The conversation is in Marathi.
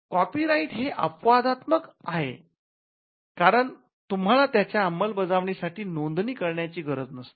कॉपीराईट हे अपवादात्मक आहे कारण तुम्हाला त्याच्या अंमलबजावणी साठी नोंदणी करण्याची गरज नाही